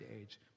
age